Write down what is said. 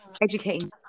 educating